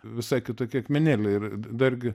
visai kitokie akmenėliai ir dargi